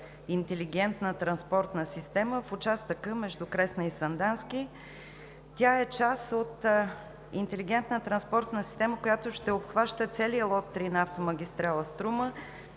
интелигентна транспортна система в участъка между Кресна и Сандански. Тя е част от интелигентната транспортна система, която ще обхваща целия лот 3 на автомагистрала „Струма“